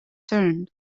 turned